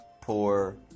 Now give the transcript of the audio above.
poor